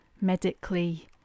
medically